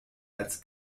als